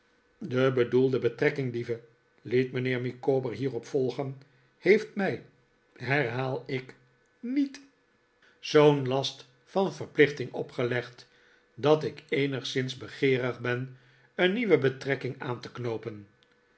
de bedoelde betrekking lieve liet mijnheer micawber hierop volgen heeft mij herhaal ik nret zoo'n last van verplichting opgelegd dat ik eenigszins begeerig ben een nieuwe betrekking aan te knoopen